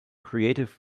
creative